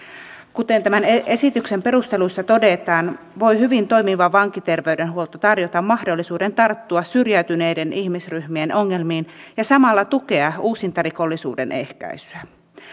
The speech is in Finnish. kuten tämän esityksen perusteluissa todetaan voi hyvin toimiva vankiterveydenhuolto tarjota mahdollisuuden tarttua syrjäytyneiden ihmisryhmien ongelmiin ja samalla tukea uusintarikollisuuden ehkäisyä